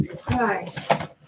Hi